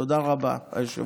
תודה רבה, היושב-ראש.